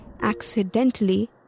accidentally